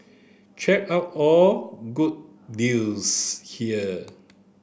check out all good deals here